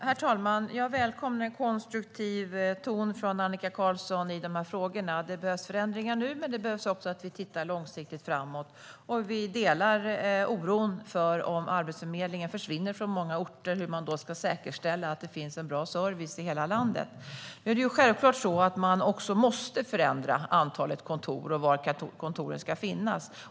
Herr talman! Jag välkomnar en konstruktiv ton från Annika Qarlsson i de här frågorna. Det behövs förändringar nu, men det behövs också att vi tittar långsiktigt framåt. Vi delar oron för hur man, om Arbetsförmedlingen försvinner från många orter, ska säkerställa att det finns bra service i hela landet. Det är självklart att man måste förändra antalet kontor och var kontoren ska finnas.